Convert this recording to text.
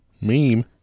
Meme